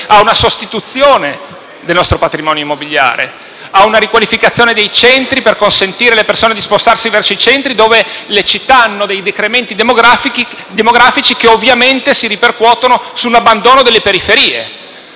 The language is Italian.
una sostituzione del nostro patrimonio immobiliare, con una riqualificazione dei centri, così da consentire alle persone di spostarsi verso i centri, là dove le città hanno dei decrementi demografici che ovviamente si ripercuotono sull'abbandono delle periferie.